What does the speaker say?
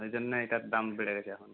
ওই জন্যে এটার দাম বেড়ে গেছে এখন